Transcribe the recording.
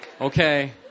okay